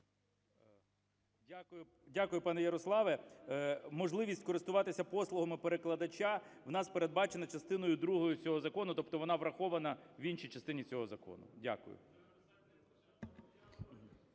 Дякую, пане Ярославе. Можливість користуватися послугами перекладача у нас передбачена частиною другою цього закону. Тобто вона врахована в іншій частині цього закону. Дякую.